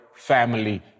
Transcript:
family